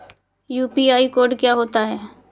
UPI code क्या होता है?